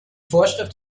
vorschrift